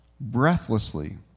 breathlessly